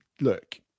look